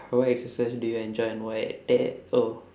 what exercise do you enjoy and why eh oh